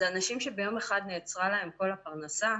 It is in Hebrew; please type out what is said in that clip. אלה אנשים שביום אחד נעצרה להם כל הפרנסה.